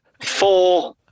Four